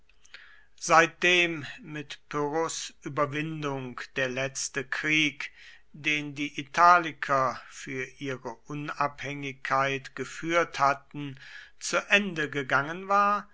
seitdem mit pyrrhos überwindung der letzte krieg den die italiker für ihre unabhängigkeit geführt hatten zu ende gegangen war